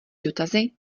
dotazy